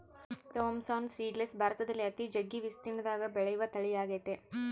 Thompson seedless ಭಾರತದಲ್ಲಿ ಅತಿ ಜಗ್ಗಿ ವಿಸ್ತೀರ್ಣದಗ ಬೆಳೆಯುವ ತಳಿಯಾಗೆತೆ